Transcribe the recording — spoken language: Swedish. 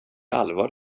allvar